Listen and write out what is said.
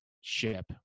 ship